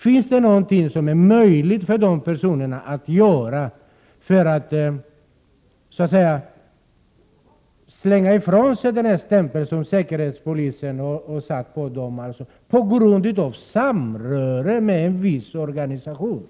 Finns det någonting som är möjligt för de här personerna att göra för att få bort den stämpel som säkerhetspolisen har satt på dem, på grund av samröre med en viss organisation?